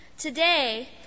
Today